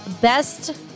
best